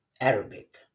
Arabic